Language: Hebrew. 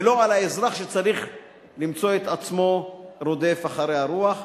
ולא על האזרח שצריך למצוא את עצמו רודף אחרי הרוח.